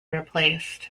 replaced